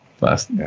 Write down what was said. last